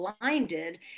blinded